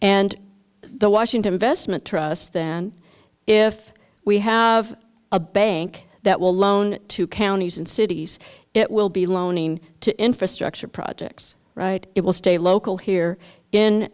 and the washington investment trust than if we have a bank that will loan to counties and cities it will be loaning to infrastructure projects right it will stay local